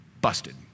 Busted